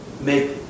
make